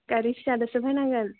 गारि फिसाजोंसो फैनांगोन